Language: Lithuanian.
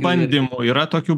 bandymų yra tokių